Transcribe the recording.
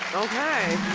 okay.